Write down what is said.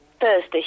Thursday